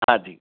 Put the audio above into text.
हा जी